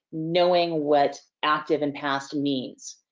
knowing what active and past needs,